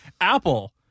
apple